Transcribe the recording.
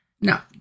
Now